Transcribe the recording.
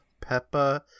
Peppa